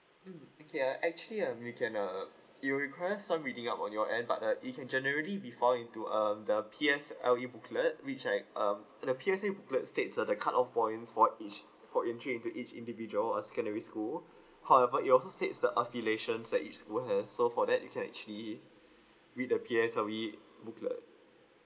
mm okay uh actually um you can uh you request on reading up on your end but uh you can generally refer into um the P_S uh V booklet which right um the P_S_V booklet states uh the cut off points for each for in each into each individual of secondary school however it also states the affiliations that it's where as so for that you can actually read the P_S uh V booklet